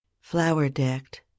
flower-decked